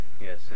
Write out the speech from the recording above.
yes